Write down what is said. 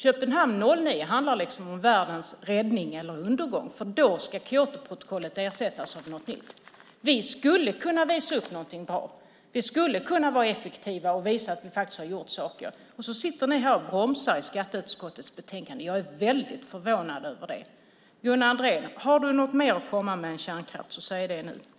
Köpenhamn 09 handlar om världens räddning eller undergång. Då ska Kyotoprotokollet ersättas av något nytt. Vi skulle kunna visa upp någonting bra. Vi skulle kunna vara effektiva och visa att vi faktiskt har gjort saker, men då sitter ni här och bromsar i skatteutskottets betänkande. Jag är väldigt förvånad över det. Har du något mer än kärnkraft att komma med, Gunnar Andrén? Säg det nu i så fall!